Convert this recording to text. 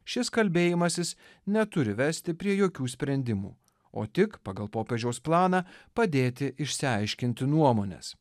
šis kalbėjimasis neturi vesti prie jokių sprendimų o tik pagal popiežiaus planą padėti išsiaiškinti nuomones